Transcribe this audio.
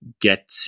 get